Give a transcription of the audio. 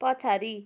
पछाडि